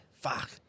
Fuck